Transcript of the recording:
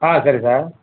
ஆ சரி சார்